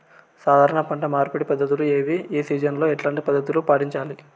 సాధారణ పంట మార్పిడి పద్ధతులు ఏవి? ఏ సీజన్ లో ఎట్లాంటి పద్ధతులు పాటించాలి?